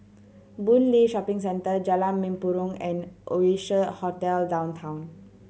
Boon Lay Shopping Centre Jalan Mempurong and Oasia Hotel Downtown